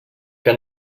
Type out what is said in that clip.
que